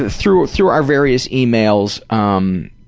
ah through through our various emails um